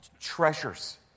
treasures